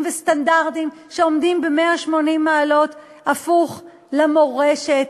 וסטנדרטים שעומדים הפוך ב-180 מעלות למורשת